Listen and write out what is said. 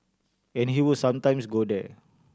and he would sometimes go there